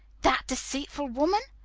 that deceitful woman!